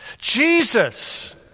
Jesus